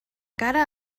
cara